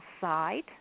side